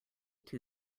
too